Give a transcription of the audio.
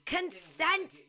Consent